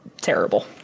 terrible